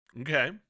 Okay